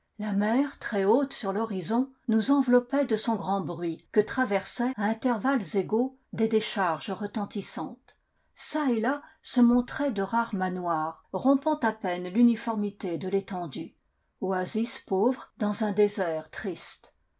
la mer très hautte sur l'horizon nous enve loppait de son grand bruit que traversaient à intervalles égaux des décharges retentissantes çà et là se montraient de rares manoirs rompant à peine ihmiformité de l'éten due oasis pauvres dans un désert triste